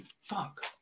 Fuck